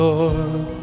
Lord